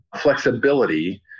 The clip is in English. flexibility